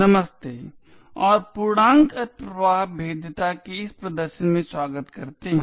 नमस्ते और पूर्णांक अतिप्रवाह भेद्यता के इस प्रदर्शन में स्वागत करते हैं